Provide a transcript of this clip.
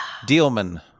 dealman